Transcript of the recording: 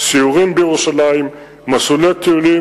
"סיורים בירושלים" "מסלולי טיולים",